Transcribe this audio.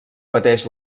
pateix